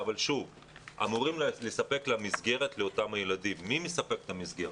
אבל אני אומרת, זה המשמעות.